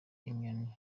inyoni